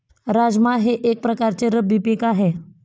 राजमा हे एक प्रकारचे रब्बी पीक आहे